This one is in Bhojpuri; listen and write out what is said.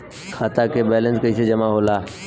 खाता के वैंलेस कइसे जमा होला?